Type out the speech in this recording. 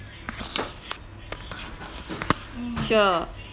sure